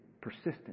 persistent